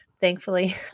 thankfully